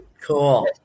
Cool